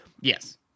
Yes